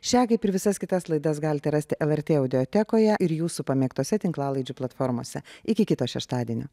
šią kaip ir visas kitas laidas galite rasti lrt audiotekoje ir jūsų pamėgtose tinklalaidžių platformose iki kito šeštadienio